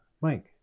Mike